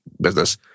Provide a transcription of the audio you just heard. business